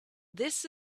this